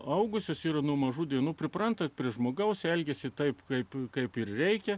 augusius ir nuo mažų dienų pripranta prie žmogaus elgiasi taip kaip kaip ir reikia